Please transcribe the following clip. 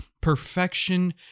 perfection